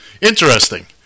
Interesting